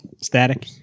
static